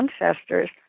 ancestors